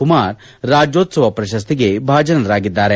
ಕುಮಾರ್ ರಾಜ್ಯೋತ್ಸವ ಪ್ರಶಸ್ತಿಗೆ ಬಾಜನರಾಗಿದ್ದಾರೆ